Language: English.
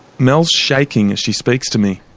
mel's shaking as she speaks to me.